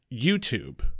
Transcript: YouTube